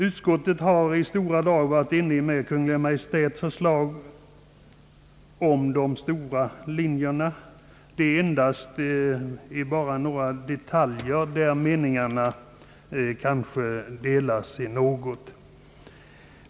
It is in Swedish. Utskottet har i fråga om de stora linjerna varit överens med Kungl. Maj:t — det är bara i några detaljfrågor som meningarna delar sig något.